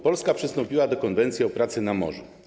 Polska przystąpiła do Konwencji o pracy na morzu.